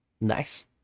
Nice